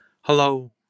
Hello